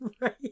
Right